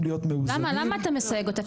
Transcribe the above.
להיות מאוזנים --- למה אתה מסייג אותה?